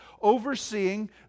overseeing